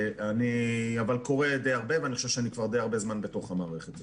אבל אני קורא די הרבה ואני חושב שאני כבר די הרבה זמן בתוך המערכת הזאת.